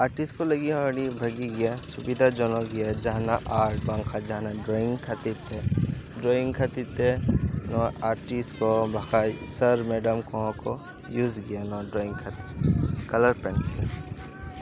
artist ᱠᱚ ᱞᱟᱹᱜᱤᱫ ᱦᱚᱸ ᱟᱹᱰᱤ ᱵᱷᱟᱜᱤ ᱜᱮᱭᱟ ᱥᱩᱵᱤᱫᱟ ᱡᱚᱱᱚᱠ ᱜᱮᱭᱟ ᱡᱟᱦᱟᱸᱱᱟᱜ ᱟᱨ ᱵᱟᱠᱷᱟᱱ ᱡᱟᱦᱟᱱᱟᱜ ᱰᱨᱚᱭᱤᱝ ᱠᱷᱟᱹᱛᱤᱨ ᱛᱮ ᱰᱨᱚᱭᱤᱝ ᱠᱷᱟᱹᱛᱤᱨ ᱛᱮ ᱱᱚᱶᱟ ᱟᱨᱴᱤᱥ ᱠᱚ ᱵᱟᱝᱠᱷᱟᱡ ᱥᱟᱨ ᱢᱮᱰᱟᱢ ᱠᱚᱦᱚᱸ ᱠᱚ ᱡᱩᱛ ᱜᱮᱭᱟ ᱱᱚᱶᱟ ᱰᱨᱚᱭᱤᱝ ᱠᱷᱟᱹᱛᱤᱨ ᱠᱟᱞᱟᱨ ᱯᱮᱹᱱᱥᱤᱞ